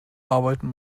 arbeiten